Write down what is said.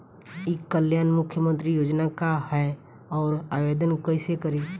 ई कल्याण मुख्यमंत्री योजना का है और आवेदन कईसे करी?